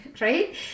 right